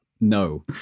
No